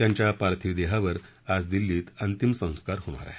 त्यांच्या पार्थिवावर आज दिल्लीत अंतिम संस्कार होणार आहेत